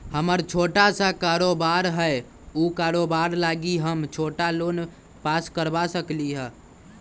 हमर छोटा सा कारोबार है उ कारोबार लागी हम छोटा लोन पास करवा सकली ह?